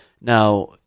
Now –